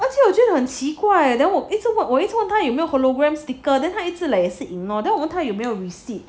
完全我觉的很奇怪 like 我一直问他有没有 hologram sticker then 他一直 like ignore then 我们他有没有 receipt